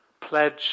pledge